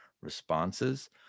responses